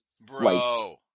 Bro